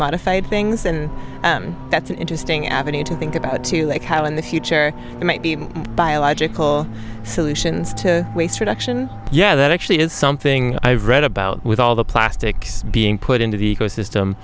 modified things and that's an interesting avenue to think about too like how in the future it might be biological solutions to waste production yeah that actually is something i've read about with all the plastics being put into the ecosystem